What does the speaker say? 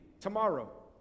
tomorrow